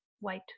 white